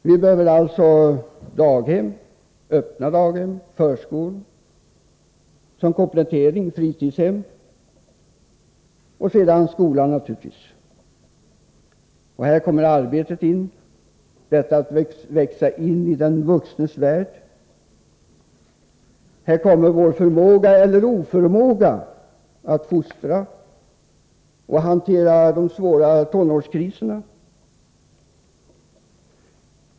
Vi behöver alltså daghem, öppna daghem, förskolor och som komplettering fritidshem. Sedan kommer naturligtvis skolan. Och här kommer arbetet in, detta att växa in i den vuxnes värld. Här kommer också vår förmåga, eller oförmåga, att fostra barn och att hantera de svåra tonårskriserna.